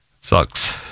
sucks